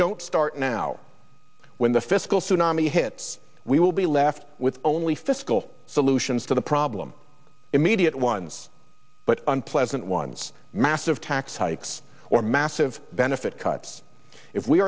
don't start now when the fiscal tsunami hits we will be left with only fiscal solutions to the problem immediate ones but unpleasant ones massive tax hikes or massive benefit cuts if we